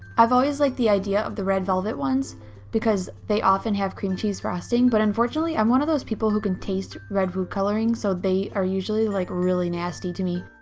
i've always liked like the idea of the red velvet ones because they often have cream cheese frosting, but unfortunately i'm one of those people who can taste red food coloring so they are usually like really nasty to me.